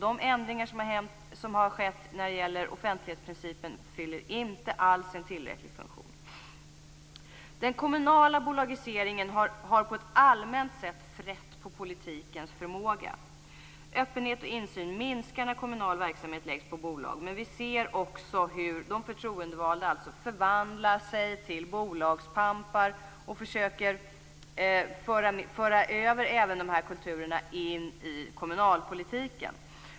De ändringar som har skett när det gäller offentlighetsprincipen fyller inte alls sin funktion tillräckligt. Den kommunala bolagiseringen har på ett allmänt sätt frätt på politikens förmåga. Öppenhet och insyn minskar när kommunal verksamhet läggs på bolag. Vi ser också hur de förtroendevalda förvandlas till bolagspampar och försöker föra över även de här kulturerna in i kommunalpolitiken.